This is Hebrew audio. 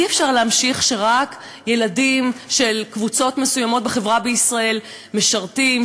אי-אפשר להמשיך כשרק ילדים של קבוצות מסוימות בחברה בישראל משרתים,